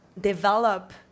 develop